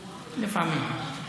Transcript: לפעמים.